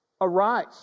arise